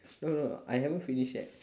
no no I haven't finish yet